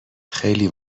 خیلی